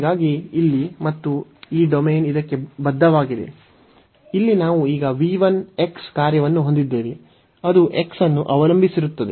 ಈ ಡೊಮೇನ್ಗಾಗಿ ಇಲ್ಲಿ ಮತ್ತು ಈ ಡೊಮೇನ್ ಇದಕ್ಕೆ ಬದ್ಧವಾಗಿದೆ ಇಲ್ಲಿ ನಾವು ಈಗ v 1 ಕಾರ್ಯವನ್ನು ಹೊಂದಿದ್ದೇವೆ ಅದು x ಅನ್ನು ಅವಲಂಬಿಸಿರುತ್ತದೆ